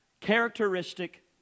characteristic